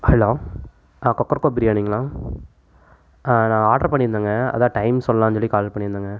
hello Kokkarakko பிரியாணிங்களா நான் order பண்ணியிருந்தேங்க அதுதான் டைம் சொல்லலாம்னு சொல்லி கால் பண்ணியிருந்தேங்க